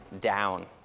down